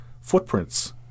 footprints